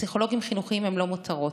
פסיכולוגים חינוכיים הם לא מותרות,